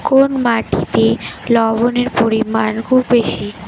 কোন মাটিতে লবণের পরিমাণ খুব বেশি?